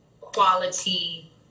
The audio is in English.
quality